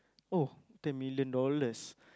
oh ten million dollars